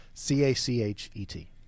C-A-C-H-E-T